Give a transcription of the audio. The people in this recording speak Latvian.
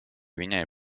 viņai